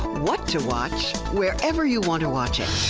what to watch, wherever you want to watch it.